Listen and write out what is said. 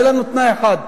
היה לנו תנאי אחד,